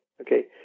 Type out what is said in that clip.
okay